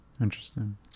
Interesting